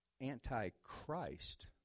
anti-Christ